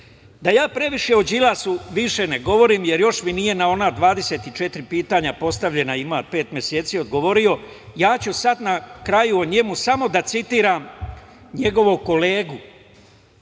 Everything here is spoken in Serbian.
ja previše o Đilasu više ne govorim, jer još mi nije na ona 24 pitanja, postavljena ima pet meseci, odgovorio, ja ću sad na kraju o njemu samo da citiram njegovog kolegu